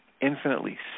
infinitely